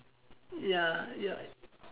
ya ya